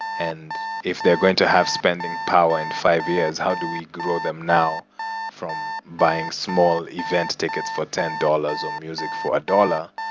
and if they're going to have spending power in five years, how do we grow them now from buying small event tickets for ten dollars, or music for a dollar,